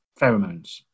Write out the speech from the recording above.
pheromones